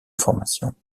formation